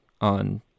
on